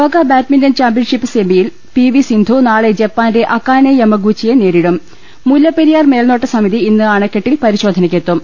ലോക badminton championship സെമിയിൽ പിവി സിന്ധു നാളെ ജപ്പാന്റെ അകാനെ യമഗൂച്ചിയെ നേരിടും മുല്ലപ്പെരിയാർ മേൽനോട്ടസമിതി ഇന്ന് അണക്കെട്ടിൽ പരി ശോധനക്കെത്തും